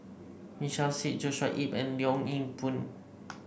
Michael Seet Joshua Ip and Leong Yoon Pin